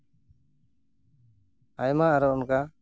ᱟᱭᱢᱟ ᱟᱨᱚ ᱚᱱᱠᱟ